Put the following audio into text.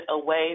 away